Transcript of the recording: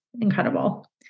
incredible